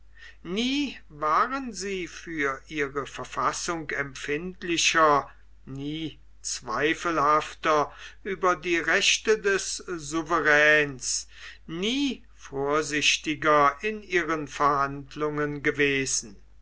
nie waren sie für ihre verfassung empfindlicher nie zweifelhafter über die rechte des souveräns nie vorsichtiger in ihren verhandlungen gewesen